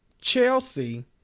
Chelsea